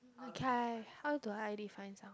okay how do I define some